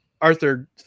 Arthur